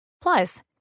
Plus